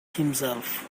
himself